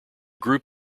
group